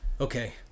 Okay